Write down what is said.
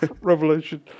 Revolution